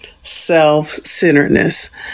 Self-centeredness